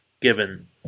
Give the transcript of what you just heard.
given